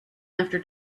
after